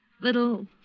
Little